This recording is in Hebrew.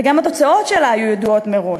וגם התוצאות שלה היו ידועות מראש.